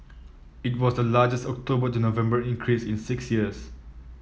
it was the largest October to November increase in six years